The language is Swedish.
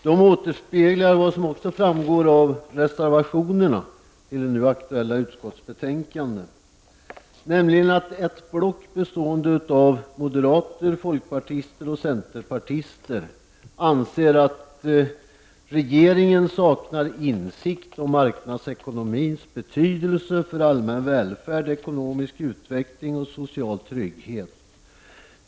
De återspeglar också vad som framgår av reservationerna, nämligen att ett block bestående av moderater, folkpartister och centerpartister anser att regeringen saknar insikt om marknadsekonomins betydelse för den allmänna välfärden, den ekonomiska utvecklingen och social trygghet.